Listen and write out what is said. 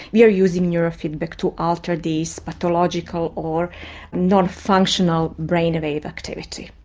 we are using neurofeedback to alter these pathological or non-functional brainwave activity.